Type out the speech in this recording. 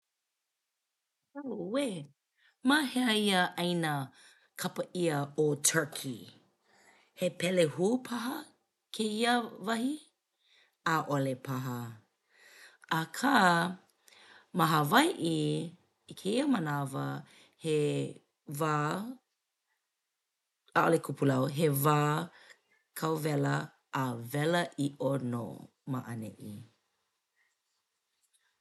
ʻAuē, ma hea ia ʻāina kapa ʻia ʻo Turkey? He pelehū paha kēia wahi, ʻaʻole paha? Akā ma Hawaiʻi i kēia manawa, he wā, ʻaʻole kupulau he wā kauwela a wela iʻo nō ma ʻaneʻi.